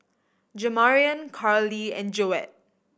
Jamarion Karlee and Joette